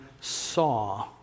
saw